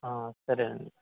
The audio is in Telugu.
సరే అండీ